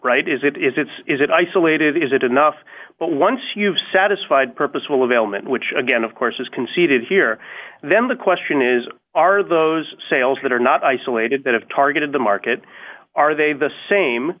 right is it is it's is it isolated is it enough but once you've satisfied purposeful of ailment which again of course is conceded here then the question is are those sales that are not isolated that have targeted the market are they the same